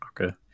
Okay